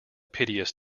piteous